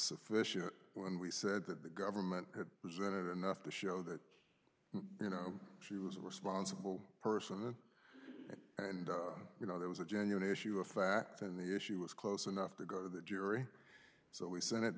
sufficient and we said that the government had presented enough to show that you know she was a responsible person and you know there was a genuine issue of fact and the issue was close enough to go to the jury so we sent it